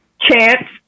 Chance